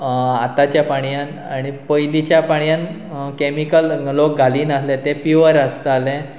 आतांच्या पाणयन आनी पयलींच्या पाणयन कॅमिकल लोक घाली नासले ते प्युअर आसतालें